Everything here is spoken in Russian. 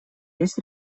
есть